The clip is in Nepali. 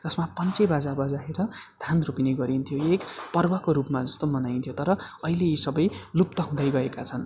जसमा पन्चे बाजा बजाएर धान रोपिने गरिन्थ्यो यो एक पर्बको रुपमा जस्तो मनाइन्थ्यो तर अहिले यी सबै लुप्त हुँदै गएका छन्